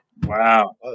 Wow